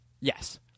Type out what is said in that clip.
Yes